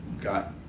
got